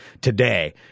today